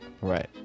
Right